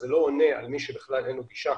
זה לא עונה למי שבכלל אין לו גישה